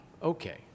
Okay